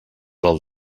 del